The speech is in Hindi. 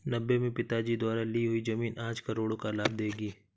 नब्बे में पिताजी द्वारा ली हुई जमीन आज करोड़ों का लाभ देगी